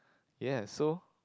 ya so